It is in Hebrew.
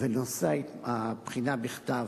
ונושא הבחינה בכתב,